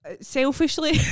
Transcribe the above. selfishly